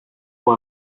που